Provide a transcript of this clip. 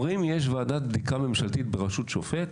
אומרים, יש ועדת בדיקה ממשלתית בראשות שופט,